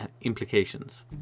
implications